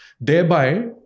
thereby